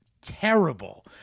terrible